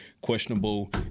Questionable